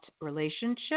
relationship